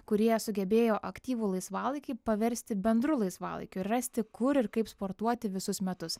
kurie sugebėjo aktyvų laisvalaikį paversti bendru laisvalaikiu ir rasti kur ir kaip sportuoti visus metus